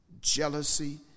jealousy